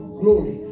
glory